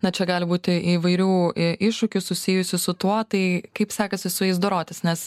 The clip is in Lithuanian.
na čia gali būti įvairių iššūkių susijusių su tuo tai kaip sekasi su jais dorotis nes